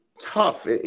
tough